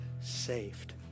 saved